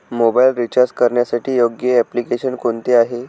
Mobile recharge करण्यासाठी योग्य application कोणते आहे?